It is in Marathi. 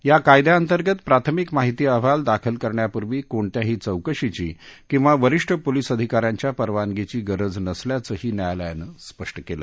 या कायद्याअंतर्गत प्राथमिक माहिती अहवाल दाखल करण्यापूर्वी कोणत्याही चौकशीची किंवा वरीष्ठ पोलीस अधिकाऱ्यांच्या परवानगीची गरज नसल्याचंही न्यायालयानं स्पष्ट केलं